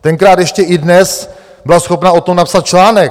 Tenkrát ještě iDNES byla schopna o tom napsat článek.